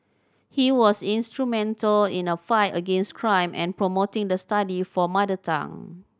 he was instrumental in a fight against crime and promoting the study for a mother tongue